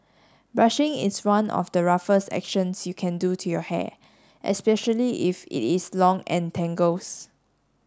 brushing is one of the roughest actions you can do to your hair especially if it is long and tangles